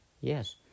Yes